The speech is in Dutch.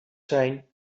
zijn